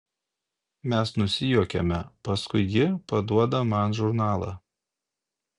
mes nusijuokiame paskui ji paduoda man žurnalą